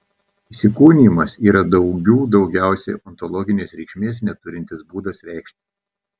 įsikūnijimas yra daugių daugiausiai ontologinės reikšmės neturintis būdas reikštis